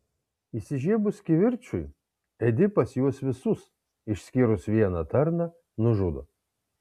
įsižiebus kivirčui edipas juos visus išskyrus vieną tarną nužudo